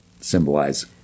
symbolize